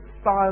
style